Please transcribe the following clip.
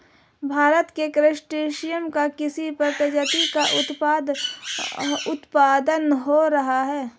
भारत में क्रस्टेशियंस के किस प्रजाति का उत्पादन हो रहा है?